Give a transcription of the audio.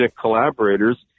collaborators